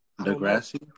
Degrassi